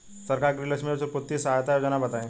सरकार के गृहलक्ष्मी और पुत्री यहायता योजना बताईं?